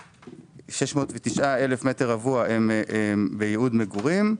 כ-609,000 מטר רבוע הם בייעוד מגורים,